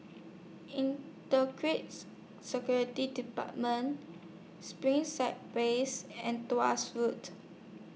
Inter Security department Springside Place and Road